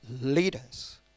leaders